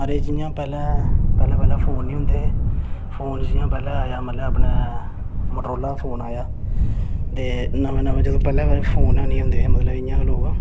म्हाराज जि'यां पैह्लें पैह्लें फोन निं होंदे हे फोन जि'यां पैह्लाअपना मोटोरोला दा फोन आया ते जदूं मतलब पैह्लें जेल्लै फोन निं होंदे हे ते मतलब